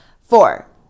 Four